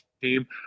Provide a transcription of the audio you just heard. team